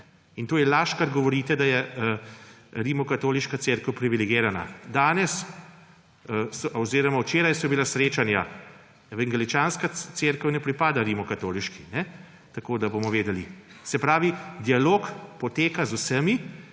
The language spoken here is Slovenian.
in to je laž, kar govorite, da je rimokatoliška cerkev privilegirana. Danes oziroma včeraj so bila srečanja. Evangeličanska cerkev ne pripada rimokatoliški, ne, tako da bomo vedeli. Se pravi, dialog poteka z vsemi